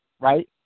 right